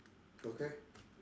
okay